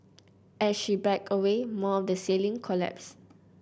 as she backed away more of the ceiling collapsed